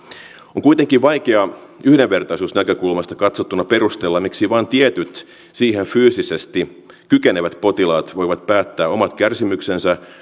on kuitenkin vaikeaa yhdenvertaisuusnäkökulmasta katsottuna perustella miksi vain tietyt siihen fyysisesti kykenevät potilaat voivat päättää omat kärsimyksensä